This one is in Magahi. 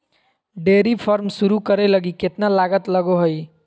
डेयरी फार्म शुरू करे लगी केतना लागत लगो हइ